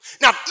Now